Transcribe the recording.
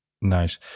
Nice